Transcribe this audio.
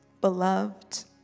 beloved